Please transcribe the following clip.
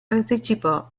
partecipò